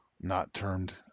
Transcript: not-termed